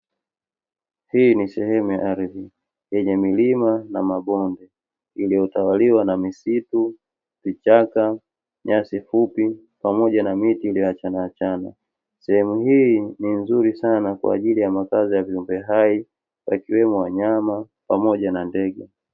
Hii ni sehemu ya ardhi yenye milima na mabonde iliyotawaliwa na misitu, vichaka, na nyasi fupi pamoja na miti iliyoachana achana, Sehemu hii nzuri sana kwa ajili ya makazi ya viumbe hai ikiwemo wanyama wadudu na ndege.